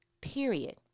period